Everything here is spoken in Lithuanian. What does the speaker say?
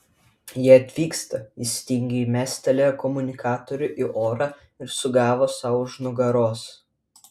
jie atvyksta jis tingiai mestelėjo komunikatorių į orą ir sugavo sau už nugaros